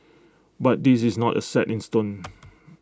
but this is not A set in stone